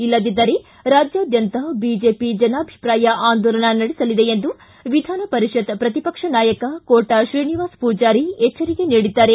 ಇಲ್ಲದಿದ್ದರೆ ರಾಜ್ಯಾದ್ಯಂತ ಬಿಜೆಪಿ ಜನಾಭಿಪ್ರಾಯ ಆಂದೋಲನ ನಡೆಸಲಿದೆ ಎಂದು ವಿಧಾನ ಪರಿಷತ್ ಪ್ರತಿಪಕ್ಷ ನಾಯಕ ಕೋಟಾ ಶ್ರೀನಿವಾಸ ಪೂಜಾರಿ ಎಚ್ಚರಿಕೆ ನೀಡಿದ್ದಾರೆ